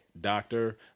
doctor